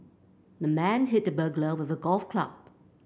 the man hit the burglar with a golf club